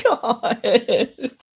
God